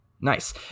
Nice